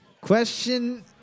Question